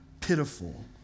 pitiful